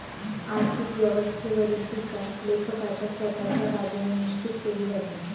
आर्थिक व्यवस्थेवरील टीका लेखकाच्या स्वतःच्या बाजूने निश्चित केली जाते